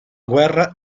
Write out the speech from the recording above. guerra